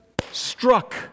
struck